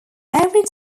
every